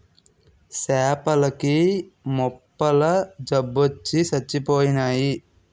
సేపల కి మొప్పల జబ్బొచ్చి సచ్చిపోయినాయి